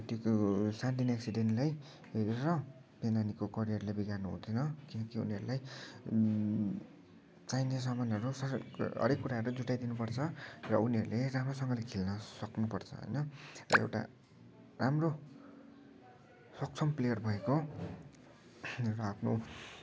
त्यो सानो तिनो एकसिडेन्टलाई हेरेर नानीको करियरलाई बिगार्नु हुँदैन किनकि उनीहरूलाई चाहिने सामानहरू सर हरेक कुराहरू जुटाइदिनुपर्छ र उनीहरूले राम्रोसँगले खेल्न सक्नुपर्छ होइन र एउटा राम्रो सक्षम प्लेयर भएको र आफ्नो